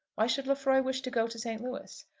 why should lefroy wish to go to st. louis?